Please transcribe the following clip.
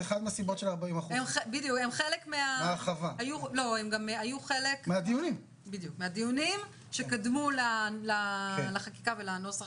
זו אחד מהסיבות של 40%. הם היו חלק מהדיונים שקדמו לחקיקה ולנוסח